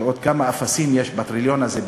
כדי לראות כמה אפסים יש בטריליון הזה,